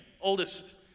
Oldest